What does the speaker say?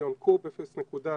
מיליון קוב, 0.25,